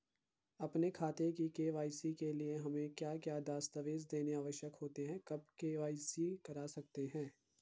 अपने खाते की के.वाई.सी के लिए हमें क्या क्या दस्तावेज़ देने आवश्यक होते हैं कब के.वाई.सी करा सकते हैं?